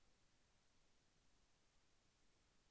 Litre గేదె పాలు ఎంత?